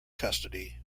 custody